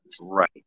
right